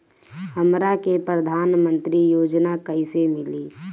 हमरा के प्रधानमंत्री योजना कईसे मिली?